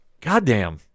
Goddamn